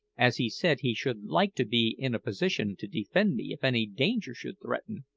as he said he should like to be in a position to defend me if any danger should threaten.